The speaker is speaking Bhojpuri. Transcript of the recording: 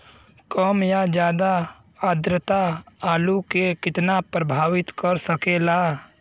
कम या ज्यादा आद्रता आलू के कितना प्रभावित कर सकेला?